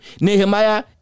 Nehemiah